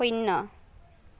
শূন্য